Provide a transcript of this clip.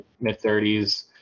Mid-30s